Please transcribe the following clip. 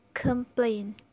complain